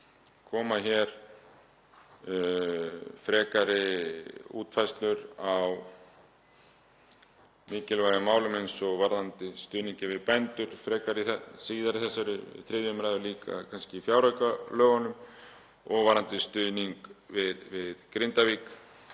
koma hér frekari útfærslur á mikilvægum málum eins og varðandi stuðning við bændur síðar í þessari 3. umræðu, líka kannski í fjáraukalögunum, og varðandi stuðning við Grindavík